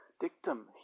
dictum